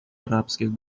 арабских